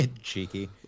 Cheeky